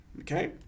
okay